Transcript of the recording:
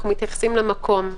אנחנו מתייחסים למקום,